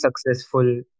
successful